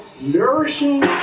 nourishing